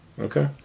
Okay